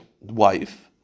wife